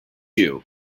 you